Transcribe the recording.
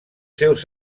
seus